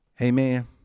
Amen